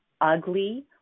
ugly